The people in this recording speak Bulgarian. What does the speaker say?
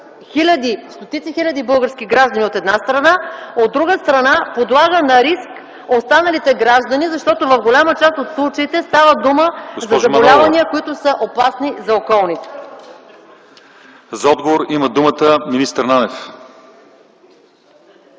стотици хиляди български граждани, от една страна. От друга страна, подлага на риск останалите граждани, защото в голяма част от случаите става дума за заболявания, които са опасни за околните.